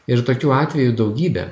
ir tokių atvejų daugybė